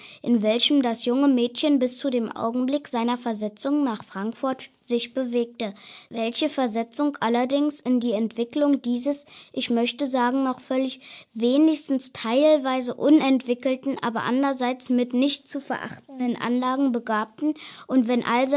in welchem das junge mädchen bis zu dem augenblick seiner versetzung nach frankfurt sich bewegte welche versetzung allerdings in die entwicklung dieses ich möchte sagen noch völlig wenigstens teilweise unentwickelten aber anderseits mit nicht zu verachtenden anlagen begabten und wenn